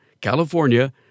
California